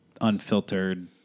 unfiltered